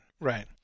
right